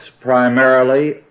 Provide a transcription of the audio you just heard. primarily